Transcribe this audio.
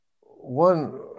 one